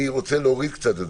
אני רוצה להוריד את זה קצת.